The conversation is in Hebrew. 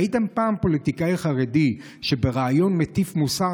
ראיתם פעם פוליטיקאי חרדי שבריאיון הטיף מוסר